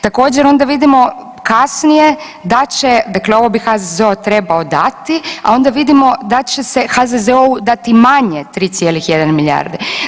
Također onda vidimo kasnije da će, dakle ovo bi HZZO trebao dati, a onda vidimo da će se HZZO-u dati manje 3,1 milijarde.